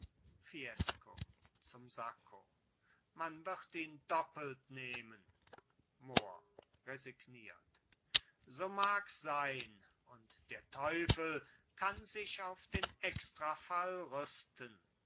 fiesco zum sacco man wird ihn doppelt nehmen mohr resigniert so mags sein und der teufel kann sich auf den extrafall rüsten